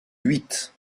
huit